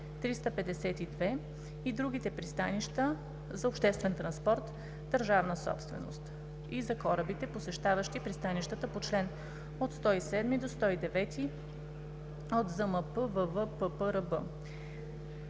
и другите пристанища за обществен транспорт – държавна собственост, и за корабите, посещаващи пристанищата по чл. 107–109 от Закона